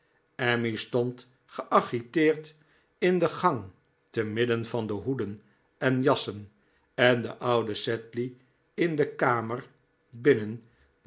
emmy stond geagiteerd in de gang te midden van de hoeden en jassen en de oude sedley in de kamer binnen